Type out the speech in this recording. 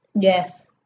Yes